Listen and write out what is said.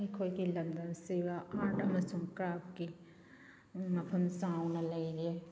ꯑꯩꯈꯣꯏꯒꯤ ꯂꯝꯗꯝꯁꯤꯗ ꯑꯥꯔꯠ ꯑꯃꯁꯨꯡ ꯀ꯭ꯔꯥꯐꯀꯤ ꯃꯐꯝ ꯆꯥꯎꯅ ꯂꯩꯔꯦ